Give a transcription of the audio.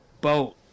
boat